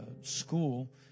school